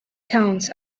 towns